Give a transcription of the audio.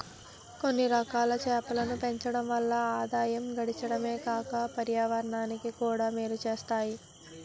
కొన్నిరకాల చేపలను పెంచడం వల్ల ఆదాయం గడించడమే కాక పర్యావరణానికి కూడా మేలు సేత్తాయి